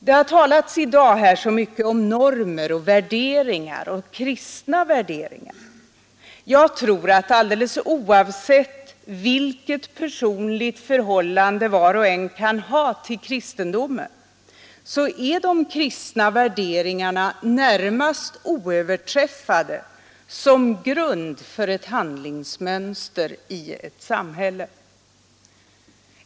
Det har i dag talats så mycket om normer och värderingar, inte minst kristna värderingar. Oavsett vilket personligt förhållande var och en har till kristendomen, så tror jag att de kristna värderingarna närmast är oöverträffade som grund för ett handlingsmönster i ett samhälle.